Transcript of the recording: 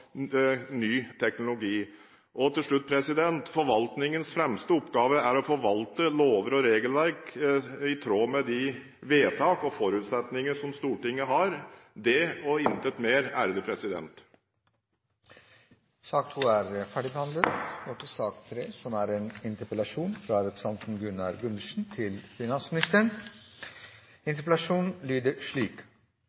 ny teknologi. Til slutt: Forvaltningens fremste oppgave er å forvalte lover og regelverk i tråd med de vedtak og forutsetninger som Stortinget har – det og intet mer. Dermed er sak nr. 2 ferdigbehandlet.